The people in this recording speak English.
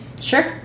Sure